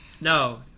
No